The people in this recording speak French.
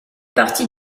partie